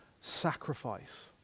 sacrifice